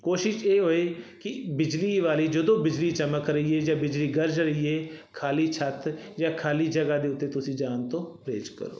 ਕੋਸ਼ਿਸ਼ ਇਹ ਹੋਏ ਕਿ ਬਿਜਲੀ ਵਾਲੀ ਜਦੋਂ ਬਿਜਲੀ ਚਮਕ ਰਹੀ ਹੈ ਜਾਂ ਬਿਜਲੀ ਗਰਜ ਰਹੀ ਹੈ ਖਾਲੀ ਛੱਤ ਜਾਂ ਖਾਲੀ ਜਗ੍ਹਾ ਦੇ ਉੱਤੇ ਤੁਸੀਂ ਜਾਣ ਤੋਂ ਪਰਹੇਜ਼ ਕਰੋ